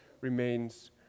remains